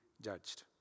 judged